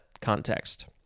context